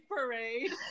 Parade